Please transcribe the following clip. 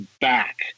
back